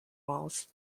walls